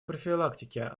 профилактике